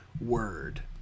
word